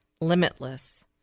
limitless